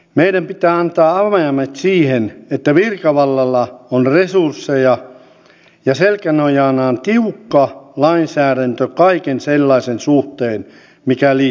meidän pitää antaa avaimet siihen että virkavallalla on resursseja ja selkänojanaan tiukka lainsäädäntö kaiken sellaisen suhteen mikä liittyy terrorismiin